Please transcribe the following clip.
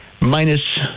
Minus